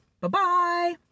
Bye-bye